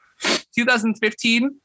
2015